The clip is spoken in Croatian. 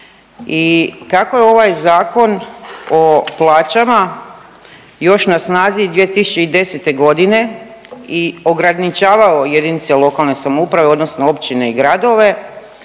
i kako je ovaj Zakon o plaćama još na snazi iz 2010.g. i ograničavao je JLS odnosno općine i gradove